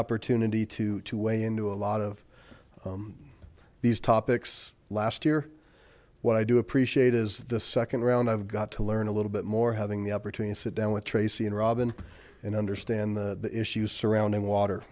opportunity to to weigh in to a lot of these topics last year what i do appreciate is the second round i've got to learn a little bit more having the opportunity to sit down with tracy and robin and understand the issues surrounding water